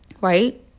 right